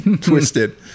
twisted